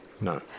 No